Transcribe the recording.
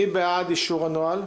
מי בעד אישור הנוהל?